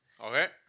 Okay